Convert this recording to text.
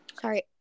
Sorry